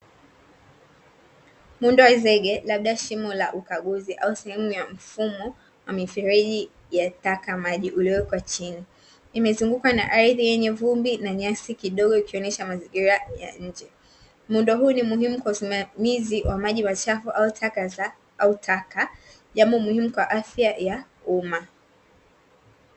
Muundo wa zege labda shimo la ukaguzi au sehemu ya mfumo wa mifereji ya taka maji uliowekwa chini, imezungukwa na ardhi yenye vumbi na nyasi kidogo ikionyesha mazingira ya nje. Muundo huu ni muhimu kwa usimamizi wa maji machafu au taka jambo muhimu kwa afya ya umma.